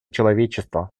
человечество